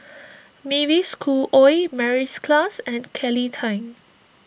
Mavis Khoo Oei Mary's Klass and Kelly Tang